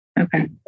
Okay